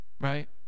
right